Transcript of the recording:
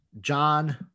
John